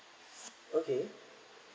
okay